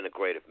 integrative